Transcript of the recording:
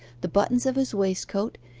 the buttons of his waistcoat,